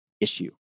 issue